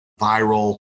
viral